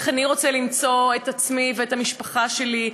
איך אני רוצה למצוא את עצמי ואת המשפחה שלי,